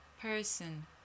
person